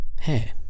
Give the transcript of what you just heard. Hey